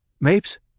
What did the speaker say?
Mapes